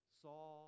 saw